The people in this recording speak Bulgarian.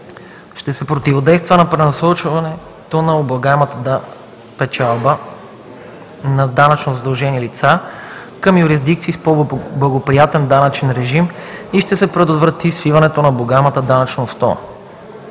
Ще се противодейства на пренасочването на облагаема печалба на данъчно задължени лица към юрисдикции с по-благоприятен данъчен режим и ще се предотврати свиването на облагаемата данъчна основа;